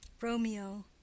Romeo